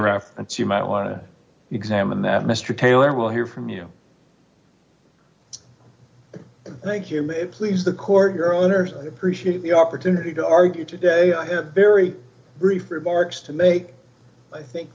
you might want to examine that mr taylor will hear from you thank you may please the court your owners i appreciate the opportunity to argue today i have very brief remarks to make i think